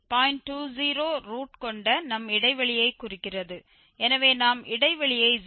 20 root கொண்ட நம் இடைவெளியைக் குறிக்கிறது எனவே நாம் இடைவெளியை 0 முதல் 2